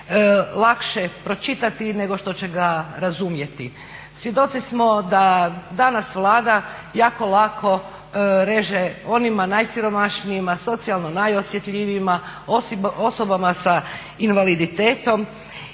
lakše pročitati nego što će ga razumjeti. Svjedoci smo da danas Vlada jako lako reže onima najsiromašnijima, socijalno najosjetljivijima, osobama sa invaliditetom